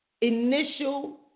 initial